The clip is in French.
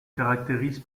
caractérise